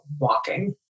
walking